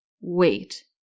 Wait